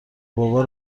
بابا